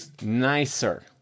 nicer